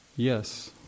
Yes